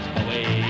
away